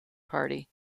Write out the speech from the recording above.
party